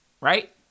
right